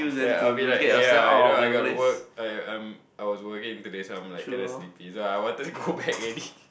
yeah I will be like eh yeah you know I gotta work I am I was working today so I am like kinda sleepy so I wanted to go back already